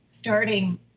starting